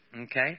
Okay